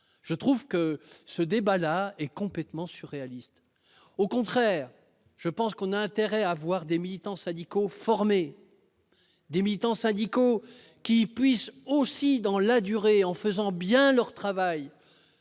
je trouve que ce débat là est complètement surréaliste, au contraire, je pense qu'on a intérêt à avoir des militants syndicaux, former des militants syndicaux qui puisse aussi dans la durée en faisant bien leur travail,